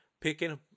picking